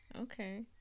Okay